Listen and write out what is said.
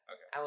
Okay